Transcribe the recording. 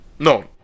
No